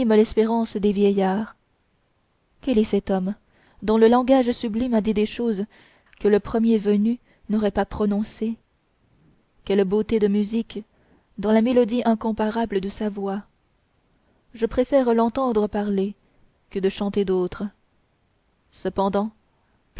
l'espérance des vieillards quel est cet homme dont le langage sublime a dit des choses que le premier venu n'aurait pas prononcées quelle beauté de musique dans la mélodie incomparable de sa voix je préfère l'entendre parler que chanter d'autres cependant